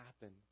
happen